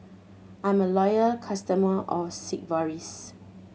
I'm a loyal customer of Sigvaris